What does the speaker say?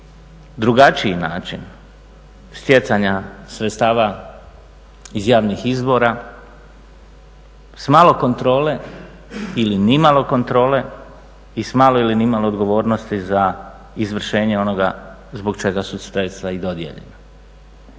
drugačiji način stjecanja sredstava iz javnih izvora s malo kontrole ili nimalo kontrole i sa malo ili nimalo odgovornosti za izvršenje onoga zbog čega su te sve i dodijeljene.